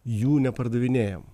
jų nepardavinėjam